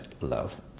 love